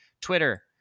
Twitter